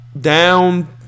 down